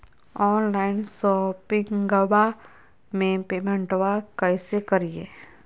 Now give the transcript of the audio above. Online शोपिंगबा में पेमेंटबा कैसे करिए?